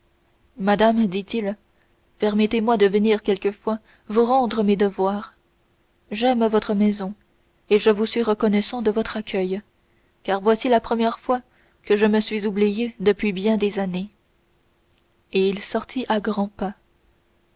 madame dit-il permettez-moi de venir quelque fois vous rendre mes devoirs j'aime votre maison et je vous suis reconnaissant de votre accueil car voici la première fois que je me suis oublié depuis bien des années et il sortit à grands pas